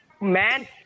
man